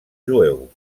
jueu